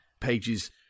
pages